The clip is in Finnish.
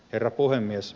herra puhemies